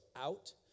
out